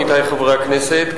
עמיתי חברי הכנסת,